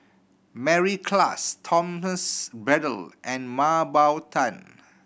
Mary Klass Thomas Braddell and Mah Bow Tan